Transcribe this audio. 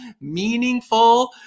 meaningful